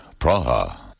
Praha